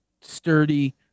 sturdy